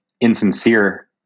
insincere